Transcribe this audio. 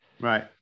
Right